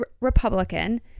Republican